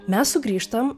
mes sugrįžtam